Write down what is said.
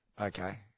Okay